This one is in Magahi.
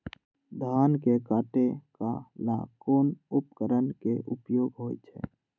धान के काटे का ला कोंन उपकरण के उपयोग होइ छइ?